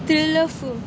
thriller films